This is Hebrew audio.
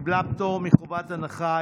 קיבלה פטור מחובת הנחה.